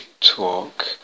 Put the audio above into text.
talk